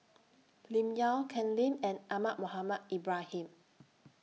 Lim Yau Ken Lim and Ahmad Mohamed Ibrahim